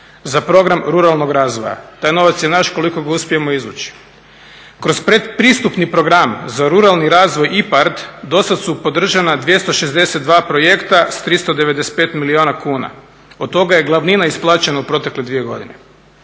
za program ruralnog razvoja. Taj novac je naš koliko ga uspijemo izvući. Kroz pretpristupni program za ruralni razvoj IPARD dosad su podržana 262 projekta s 395 milijuna kuna. Od toga je glavnina isplaćena u protekle 2 godine.